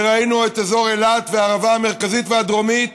וראינו את אזור אילת והערבה המרכזית והדרומית.